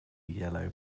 yellow